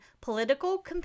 political